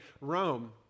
Rome